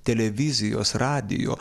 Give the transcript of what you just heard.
televizijos radijo